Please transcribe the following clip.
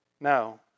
no